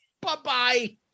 Bye-bye